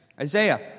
Isaiah